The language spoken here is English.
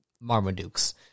Marmadukes